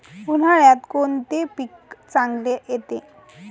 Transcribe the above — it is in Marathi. उन्हाळ्यात कोणते पीक चांगले येते?